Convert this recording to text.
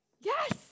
yes